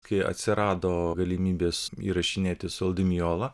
kai atsirado galimybės įrašinėti su ol di mijola